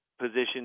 position